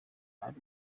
ari